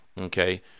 Okay